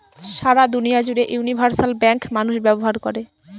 সারা দুনিয়া জুড়ে universal bank মানুষ ব্যবহার করে